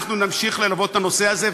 אנחנו נמשיך ללוות את הנושא הזה,